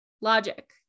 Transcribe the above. Logic